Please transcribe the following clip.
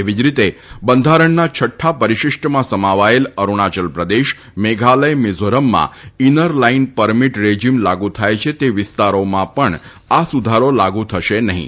એવી જ રીતે બંધારણના છઠ્ઠા પરિશિષ્ટમાં સમાવાયેલા અરૂણાયલ પ્રદેશ મેઘાલય મિઝોરમમાં ઈનર લાઈન પરમીટ રેજીમ લાગુ થાય છે તે વિસ્તારોમાં પણ આ સુધારો લાગુ થશે નહીં